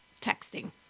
texting